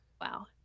Wow